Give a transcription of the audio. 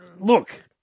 Look